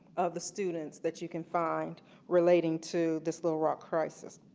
of the students that you can find relating to this little rock crisis.